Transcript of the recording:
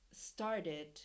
started